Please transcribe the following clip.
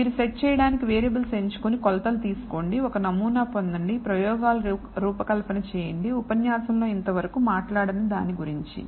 మీరు సెట్ చేయడానికి వేరియబుల్స్ ఎంచుకొని కొలతలు తీసుకోండి ఒక నమూనా పొందండి ప్రయోగాలు రూపకల్పన చేయండి ఉపన్యాసంలో ఇంతవరకు మాట్లాడని దాని గురించి